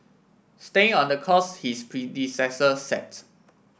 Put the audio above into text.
staying on the course his predecessor set